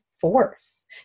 force